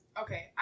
Okay